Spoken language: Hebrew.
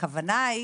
הכוונה היא